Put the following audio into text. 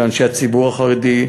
לאנשי הציבור החרדי,